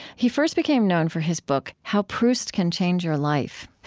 he first became known for his book how proust can change your life.